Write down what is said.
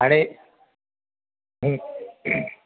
आणि